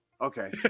Okay